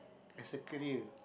as a career